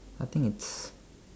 I think it's